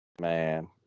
Man